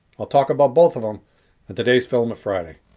i'll talk about both of them and today's filament friday.